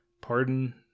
Pardon